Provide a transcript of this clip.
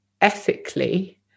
ethically